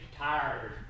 tired